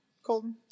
Colton